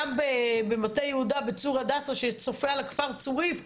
גם במטה יהודה, בצור הדסה שצופה על הכפר צוריף,